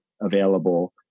available